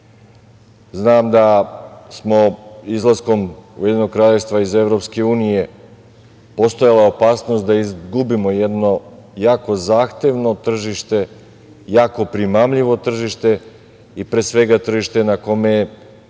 znam da je izlaskom Ujedinjenog Kraljevstva iz Evropske unije postojala opasnost da izgubimo jedno jako zahtevno tržište, jako primamljivo tržište i pre svega tržište na kome se